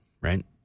right